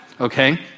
okay